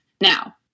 Now